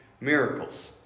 miracles